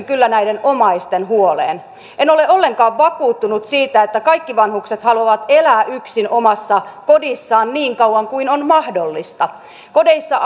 kyllä näiden omaisten huoleen en ole ollenkaan vakuuttunut siitä että kaikki vanhukset haluavat elää yksin omassa kodissaan niin kauan kuin on mahdollista kodeissa